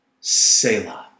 Selah